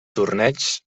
torneigs